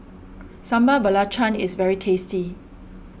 Sambal Belacan is very tasty